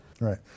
Right